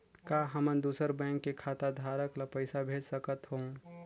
का हमन दूसर बैंक के खाताधरक ल पइसा भेज सकथ हों?